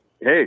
Hey